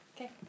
Okay